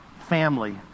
family